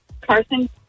Carson